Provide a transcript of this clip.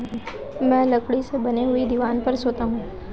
मैं लकड़ी से बने हुए दीवान पर सोता हूं